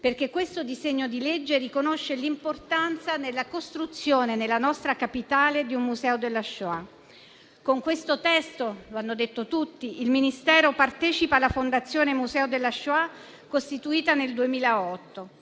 Il disegno di legge in esame riconosce infatti l'importanza della costruzione nella nostra capitale di un Museo della Shoah. Con questo testo - lo hanno detto tutti - il Ministero partecipa alla Fondazione Museo della Shoah costituita nel 2008